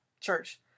church